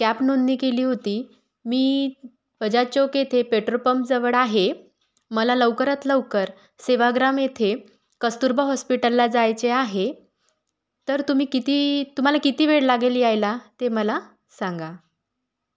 cab नोंदणी केली होती मी बजाज चौक येथे पेट्रोल पंप जवळ आहे मला लवकरात लवकर सेवाग्राम येथे कस्तुरबा हॉस्पिटलला जायचे आहे तर तुम्ही किती तुम्हाला किती वेळ लागेल यायला ते मला सांगा